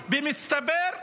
במצטבר,